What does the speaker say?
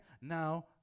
now